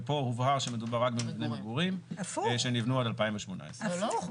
פה הובהר שמדובר רק במבני מגורים שנבנו עד 2018. הפוך.